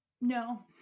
No